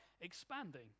expanding